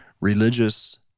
Religious